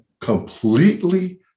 completely